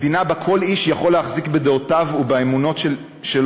מדינה שבה כל איש יכול להחזיק בדעותיו ובאמונות שלו,